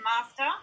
master